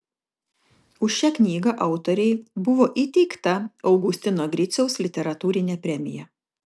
už šią knygą autorei buvo įteikta augustino griciaus literatūrinė premija